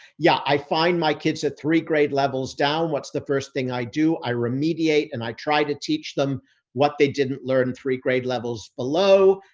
yeah. i find my kids are three grade levels down. what's the first thing i do? i remediate and i try to teach them what they didn't learn three grade levels below.